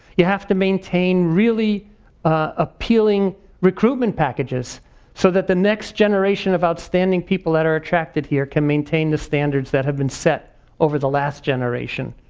you have to maintain really appealing recruitment packages so that the next generation of outstanding people that are attracted here can maintain the standards that have been set over the last generation.